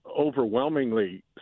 overwhelmingly